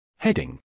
Heading